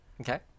Okay